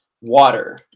water